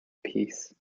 peace